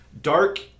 dark